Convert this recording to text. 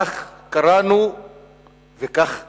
כך קראנו וכך חינכנו,